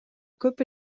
көп